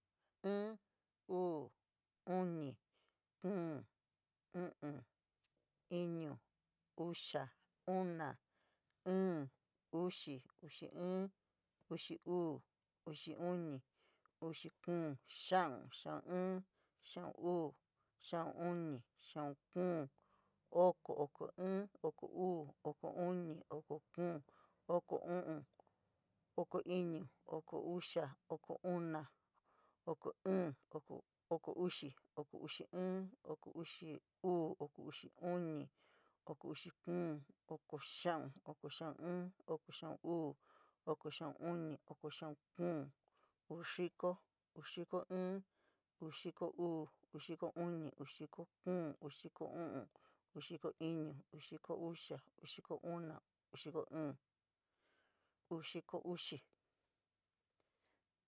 I, uu, uni, kuún, u'un, ñuu, una, ñí, uxi, uxi', uxi uu, uxi uni, uxi kuún, xía'un, xía'u, xía'u uu, xía'u uni, xía'u kuún, oko i, oko uu, oko uni, oko kuún, oko u'un, oko ñuu, oko ñí, oko uxi, oko uxi iin, oko uxi uu, oko uxi kuún, oko xía'u, oko xía'u iin, oko xía'u uu, uu xiko ñuu, uu xiko kuún, uu xiko ñí, uu xiko xía'un, uu xiko una, uu xiko tíí, uu xiko uxi.